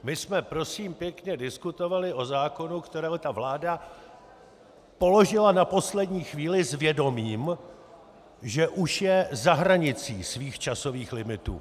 My jsme prosím pěkně diskutovali o zákonu, který ta vláda položila na poslední chvíli s vědomím, že už je za hranicí svých časových limitů.